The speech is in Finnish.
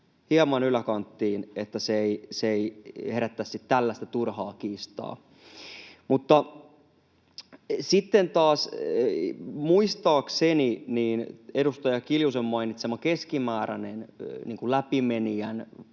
hieman yläkanttiin, että se ei herättäisi tällaista turhaa kiistaa. Muistaakseni edustaja Kiljusen mainitsema keskimääräinen läpimenijän